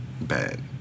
bad